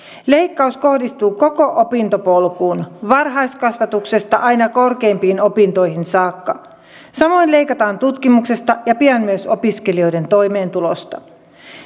leikkaus kohdistuu koko opintopolkuun varhaiskasvatuksesta aina korkeimpiin opintoihin saakka samoin leikataan tutkimuksesta ja pian myös opiskelijoiden toimeentulosta